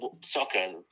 soccer